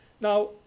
Now